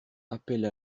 appelle